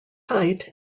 height